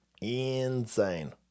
Insane